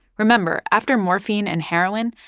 remember after morphine and heroin,